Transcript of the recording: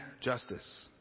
justice